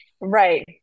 Right